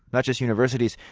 not just universities,